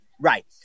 Right